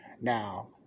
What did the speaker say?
Now